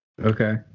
Okay